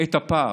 את הפער,